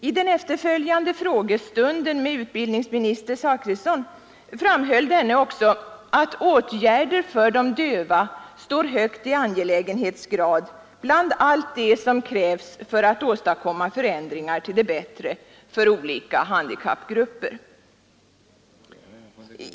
I den efterföljande frågestunden med utbildningsminister Zachrisson framhöll denne också att åtgärder för de döva står högt i angelägenhetsgrad bland allt det som krävs för att åstadkomma förändringar till det bättre för olika handikappgrupper.